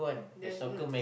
there's n~